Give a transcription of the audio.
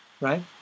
right